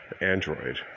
Android